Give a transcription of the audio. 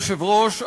אדוני היושב-ראש,